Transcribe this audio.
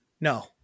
No